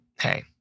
hey